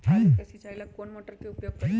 आलू के सिंचाई ला कौन मोटर उपयोग करी?